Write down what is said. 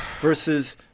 versus